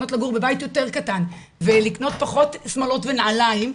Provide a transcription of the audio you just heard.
מוכנות לגור בבית יותר קטן ולקנות פחות שמלות ונעליים,